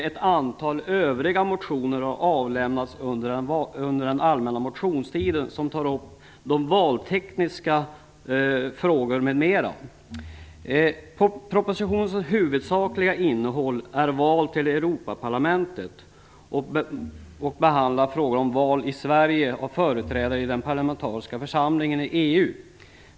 Ett antal övriga motioner som tar upp valtekniska frågor m.m. har avlämnats under den allmänna motionstiden.